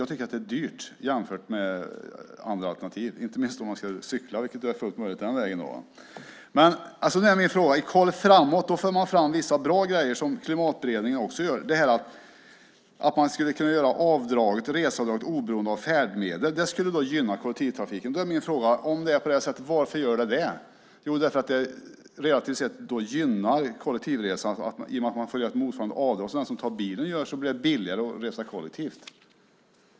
Jag tycker det är dyrt jämfört med andra alternativ, inte minst om man kan cykla, vilket är fullt möjligt den vägen. I Koll framåt för man fram vissa bra saker som Klimatberedningen också gör. Det handlar om att man ska kunna göra reseavdraget oberoende av färdmedel. Det skulle gynna kollektivtrafiken. Min fråga är: Om det är på det sättet, varför gör gynnar det kollektivtrafiken? Jo, det gynnar kollektivresandet att man får göra ett motsvarande avdrag som man gör för bilen. Det gör det billigare att resa kollektivt.